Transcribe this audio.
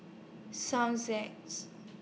Song that's